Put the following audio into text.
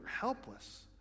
helpless